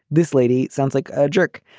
this lady sounds like a jerk.